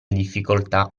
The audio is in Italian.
difficoltà